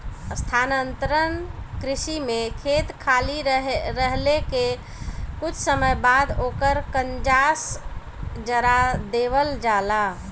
स्थानांतरण कृषि में खेत खाली रहले के कुछ समय बाद ओकर कंजास जरा देवल जाला